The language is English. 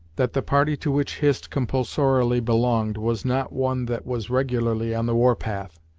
that the party to which hist compulsorily belonged was not one that was regularly on the war path,